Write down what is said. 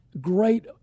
Great